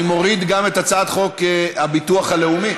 אני מוריד גם את הצעת חוק הביטוח הלאומי.